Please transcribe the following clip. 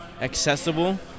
accessible